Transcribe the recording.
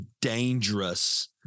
dangerous